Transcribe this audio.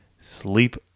sleep